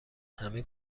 همه